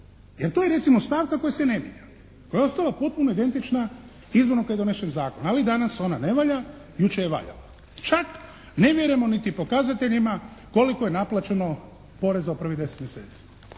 Jer to je recimo stavka koja se ne mijenja, koja ja ostala potpuno identična izvorno kad je donesen zakon. Ali danas ona ne valja, jučer je valja. Čak ne vjerujemo niti pokazateljima koliko je naplaćeno poreza u prvih 10 mjeseci.